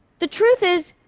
the truth is,